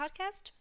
podcast